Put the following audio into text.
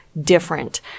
different